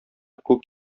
күк